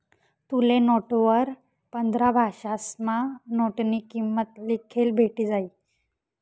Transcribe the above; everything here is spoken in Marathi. तुले नोटवर पंधरा भाषासमा नोटनी किंमत लिखेल भेटी जायी